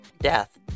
death